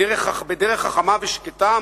אך בדרך חכמה ושקטה,